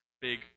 big